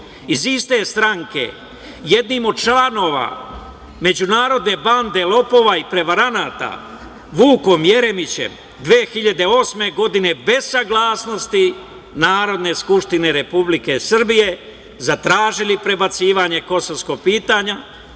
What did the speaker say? iz iste stranke, jednim od članova međunarodne bande lopova i prevaranata, Vukom Jeremićem 2008. godine bez saglasnosti Narodne skupštine Republike Srbije zatražili prebacivanje kosovskog pitanja